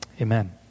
Amen